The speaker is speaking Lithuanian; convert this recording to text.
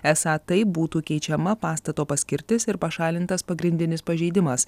esą taip būtų keičiama pastato paskirtis ir pašalintas pagrindinis pažeidimas